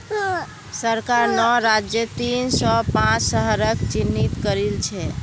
सरकार नौ राज्यत तीन सौ पांच शहरक चिह्नित करिल छे